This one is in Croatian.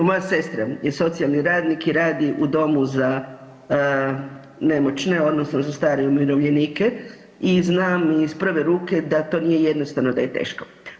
Moja sestra je socijalni radnik i radi u domu za nemoćne odnosno za starije i umirovljenike i znam iz prve ruke da to nije jednostavno, da je teško.